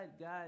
God